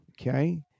Okay